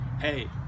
hey